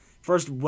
first